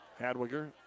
Hadwiger